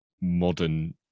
modern